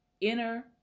inner